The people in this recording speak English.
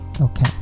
okay